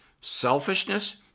selfishness